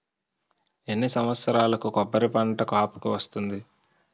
ఎన్ని సంవత్సరాలకు కొబ్బరి పంట కాపుకి వస్తుంది?